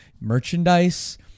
merchandise